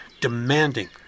demanding